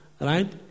Right